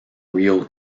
rio